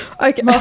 Okay